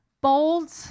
bold